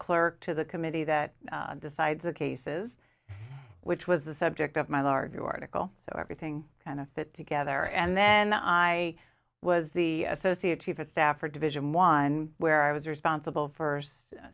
clerk to the committee that decides the cases which was the subject of my larger article so everything kind of fit together and then i was the associate chief of staff or division one where i was responsible for